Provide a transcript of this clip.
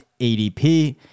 ADP